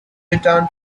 return